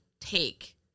take